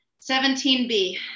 17B